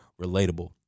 relatable